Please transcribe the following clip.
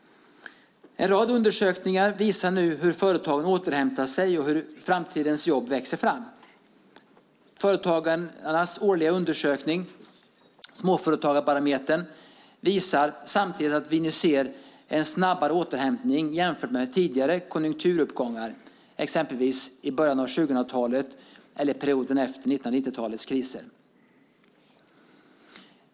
En rad undersökningar visar nu hur företagen återhämtar sig och hur framtidens jobb växer fram. Företagarnas årliga undersökning Småföretagarbarometern visar samtidigt att vi nu ser en snabbare återhämtning jämfört med tidigare konjunkturuppgångar, exempelvis i början av 2000-talet eller perioden efter 90-talets kriser.